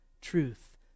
truth